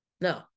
No